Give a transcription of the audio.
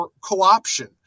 co-option